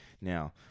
now